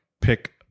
pick